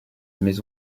mais